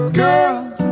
girl